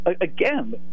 again